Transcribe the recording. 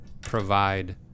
provide